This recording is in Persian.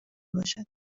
باشد